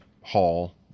hall